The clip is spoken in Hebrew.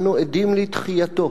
אנו עדים לתחייתו.